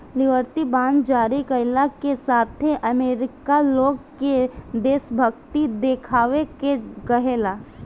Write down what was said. liberty bond जारी कईला के साथे अमेरिका लोग से देशभक्ति देखावे के कहेला